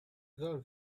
girl